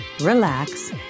relax